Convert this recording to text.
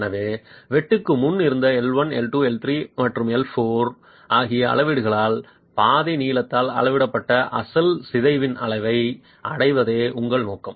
எனவே வெட்டுக்கு முன்பு இருந்த L 1 L 2 L 3 மற்றும் L 4 ஆகிய அளவீடுகளால் பாதை நீளத்தால் அளவிடப்பட்ட அசல் சிதைவின் அளவை அடைவதே உங்கள் நோக்கம்